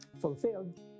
fulfilled